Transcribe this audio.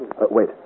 Wait